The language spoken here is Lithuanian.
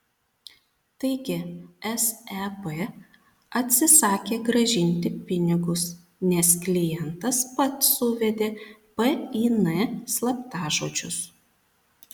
taigi seb atsisakė grąžinti pinigus nes klientas pats suvedė pin slaptažodžius